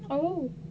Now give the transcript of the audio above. oh